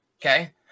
Okay